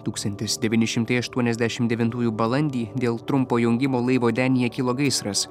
tūkstantis devyni šimtai aštuoniasdešim devintųjų balandį dėl trumpo jungimo laivo denyje kilo gaisras